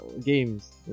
games